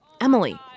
Emily